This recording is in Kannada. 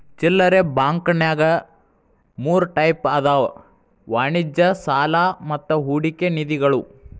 ಚಿಲ್ಲರೆ ಬಾಂಕಂನ್ಯಾಗ ಮೂರ್ ಟೈಪ್ ಅದಾವ ವಾಣಿಜ್ಯ ಸಾಲಾ ಮತ್ತ ಹೂಡಿಕೆ ನಿಧಿಗಳು